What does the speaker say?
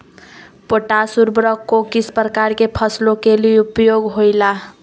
Potash उर्वरक को किस प्रकार के फसलों के लिए उपयोग होईला?